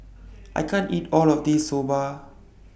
I can't eat All of This Soba